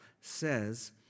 says